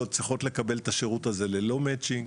צריכות לקבל את השירות הזה ללא מצ'ינג,